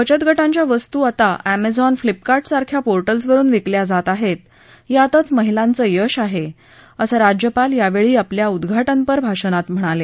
बचतगटांच्या वस्तू आता एमझॉन फ्लीपकार्ट सारख्या पोर्टलस वरुन विकल्या जातात यातच या महिलांच यश आहे असं राज्यपाल यावेळी आपल्या भाषणात म्हणाले